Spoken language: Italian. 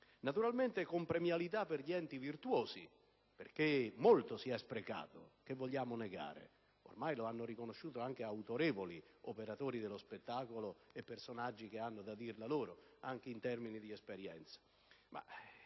Naturalmente, con premialità per gli enti virtuosi, perché molto si è sprecato. Che vogliamo negare? Ormai lo hanno riconosciuto anche autorevoli operatori dello spettacolo e personaggi che hanno da dir la loro, anche in termini di esperienza.